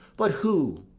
but who,